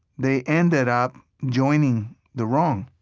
they ended up joining the wrong.